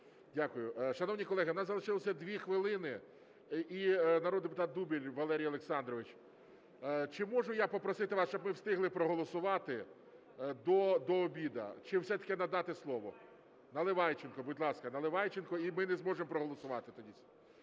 Дякую. Шановні колеги, у нас залишилося 2 хвилини і народний депутат Дубіль Валерій Олександрович. Чи можу я попросити вас, щоб ми встигли проголосувати до обіду, чи все-таки надати слово? Наливайченко, будь ласка, Наливайченко, і ми не зможемо проголосувати тоді.